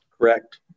Correct